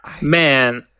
Man